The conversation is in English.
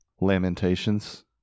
Lamentations